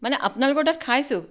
মানে আপোনালোকৰ তাত খাইছোঁ